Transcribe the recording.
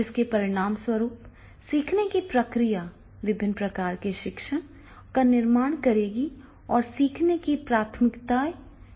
जिसके परिणामस्वरूप सीखने की प्रक्रिया विभिन्न प्रकार के शिक्षण का निर्माण करेगी और सीखने की प्राथमिकताएँ हैं